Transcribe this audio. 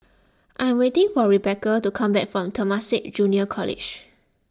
I am waiting for Rebeca to come back from Temasek Junior College